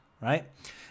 right